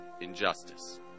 injustice